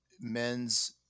men's